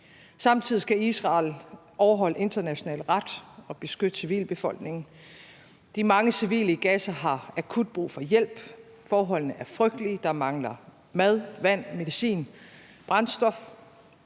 Samtidig skal Israel overholde international ret og beskytte civilbefolkningen. De mange civile i Gaza har akut brug for hjælp. Forholdene er frygtelige. Der mangler mad, vand, medicin og brændstof.